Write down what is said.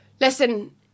listen